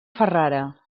ferrara